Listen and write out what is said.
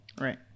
Right